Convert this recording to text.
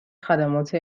خدمات